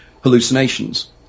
Hallucinations